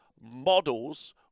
models